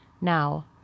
Now